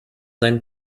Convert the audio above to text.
seinen